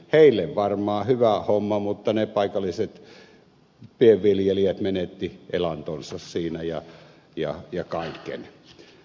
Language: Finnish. heille varmaan hyvä homma mutta ne paikalliset pienviljelijät menettivät elantonsa siinä ja kaiken